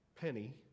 penny